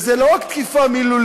וזאת לא רק תקיפה מילולית,